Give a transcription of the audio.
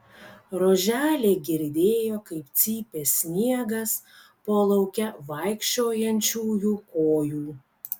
roželė girdėjo kaip cypė sniegas po lauke vaikščiojančiųjų kojų